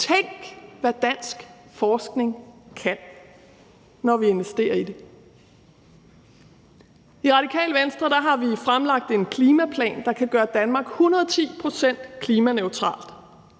Tænk, hvad dansk forskning kan, når vi investerer i den. I Radikale Venstre har vi fremlagt en klimaplan, der kan gøre Danmark 110 pct. klimaneutral.